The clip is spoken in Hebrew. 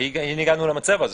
והנה הגענו למצב הזה.